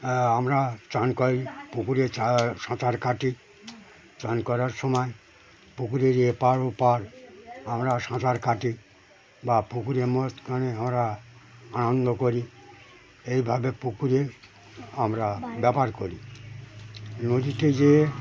আমরা চান করি পুকুরে চা সাঁতার কাটি চান করার সময় পুকুরের এপার ওপার আমরা সাঁতার কাটি বা পুকুরে মাঝখসনে আমরা আনন্দ করি এইভাবে পুকুরে আমরা ব্যবহার করি নদীতে যেয়ে